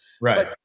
right